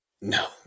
No